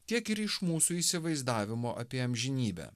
tiek ir iš mūsų įsivaizdavimo apie amžinybę